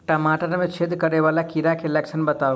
टमाटर मे छेद करै वला कीड़ा केँ लक्षण बताउ?